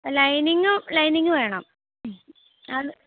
ലൈനിങ്ങും ലൈനിങ്ങ് വേണം ഹമ് അത്